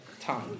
time